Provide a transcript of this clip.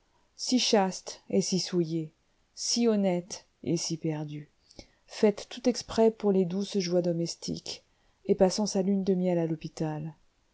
si chaste et si souillée si honnête et si perdue faite tout exprès pour les douces joies domestiques et passant sa lune de miel à l'hôpital